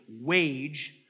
wage